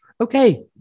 okay